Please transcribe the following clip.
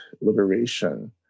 liberation